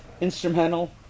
instrumental